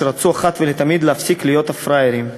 שרצו אחת ולתמיד להפסיק להיות הפראיירים,